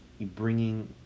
bringing